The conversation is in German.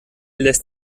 lässt